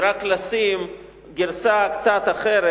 כל האפשרות שהיתה זה רק לשים גרסה קצת אחרת,